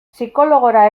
psikologora